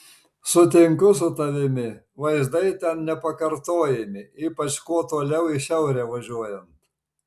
sutinku su tavimi vaizdai ten nepakartojami ypač kuo toliau į šiaurę važiuojant